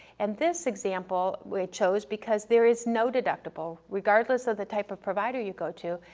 and this example we chose because there is no deductible, regardless of the type of provider you go to,